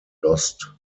lost